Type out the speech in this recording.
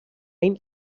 این